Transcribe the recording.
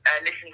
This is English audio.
listen